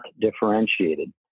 differentiated